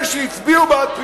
אלה שהצביעו בעד פינוי,